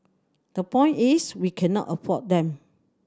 the point is we cannot afford them